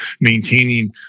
maintaining